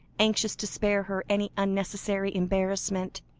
anxious to spare her any unnecessary embarrassment.